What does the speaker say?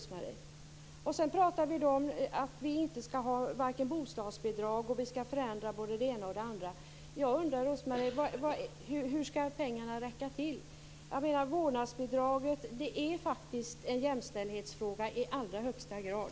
Sedan säger Rose-Marie Frebran att vi inte skall ha bostadsbidrag och att vi skall förändra både det ena och det andra. Jag undrar hur pengarna skall räcka till. Vårdnadsbidraget är faktiskt en jämställdhetsfråga i allra högsta grad.